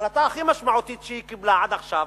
ההחלטה הכי משמעותית שהיא קיבלה עד עכשיו,